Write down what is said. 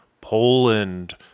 Poland